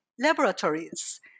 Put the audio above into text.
laboratories